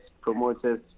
promoters